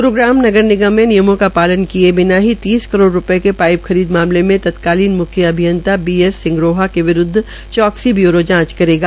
ग्रूग्राम नगर निगम में नियमों का पालन किये बिना ही तीस करोड़ रूपये के पाईप खरीद मामले में तत्कालीन मुख्य अभियंता बी एस सिंगरोहा के विरूदव चौक्सी बयूरों जांच करेगा